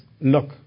look